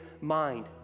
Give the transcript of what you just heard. mind